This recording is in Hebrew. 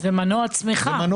זה מנוע צמיחה,